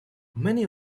many